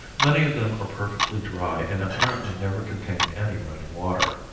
many of them are perfectly dry and apparently never contained any running water.